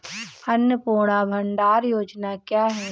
अन्नपूर्णा भंडार योजना क्या है?